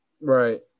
Right